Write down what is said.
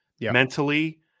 mentally